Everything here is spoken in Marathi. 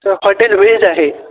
हॉटेल व्हेज आहे